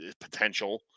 potential